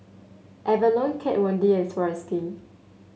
Avalon Kat Von D and Swarovski